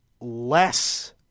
less